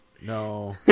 No